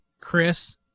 Chris